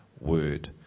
word